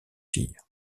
filles